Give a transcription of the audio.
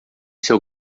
seu